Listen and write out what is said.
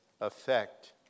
effect